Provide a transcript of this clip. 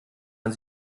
man